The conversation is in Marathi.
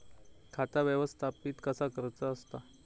खाता व्यवस्थापित कसा करुचा असता?